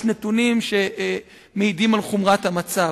יש נתונים שמעידים על חומרת המצב.